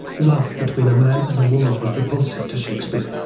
love between a man and woman was repulsive to shakespeare.